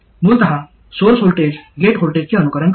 मूलत source voltage gate व्होल्टेजचे अनुसरण करते